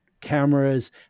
cameras